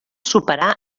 superar